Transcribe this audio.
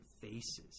faces